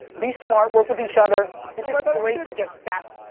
be smart, work with each other. it's just but great to get that,